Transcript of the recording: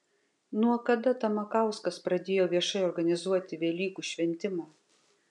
nuo kada tamakauskas pradėjo viešai organizuoti velykų šventimą